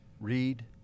Read